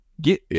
get